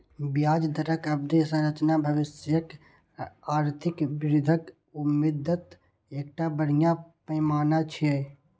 ब्याज दरक अवधि संरचना भविष्यक आर्थिक वृद्धिक उम्मीदक एकटा बढ़िया पैमाना छियै